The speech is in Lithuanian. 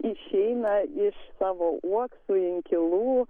išeina iš tavo uoksų inkilų